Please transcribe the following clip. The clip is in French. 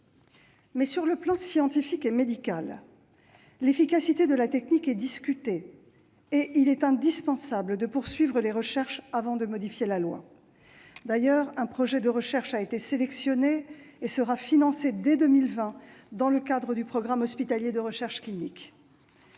Mais, sur le plan scientifique et médical, l'efficacité de la technique est discutée et il est indispensable de poursuivre les recherches avant de modifier la loi. D'ailleurs, un projet de recherche a été sélectionné et sera financé, dès 2020, dans le cadre du programme hospitalier de recherche clinique.